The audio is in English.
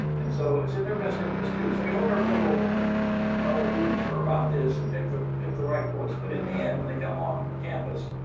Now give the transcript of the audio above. and so it's in their best interest, too. we hope everybody will you know will be mature about this and pick the pick the right course but in the end when they come on campus,